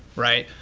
right?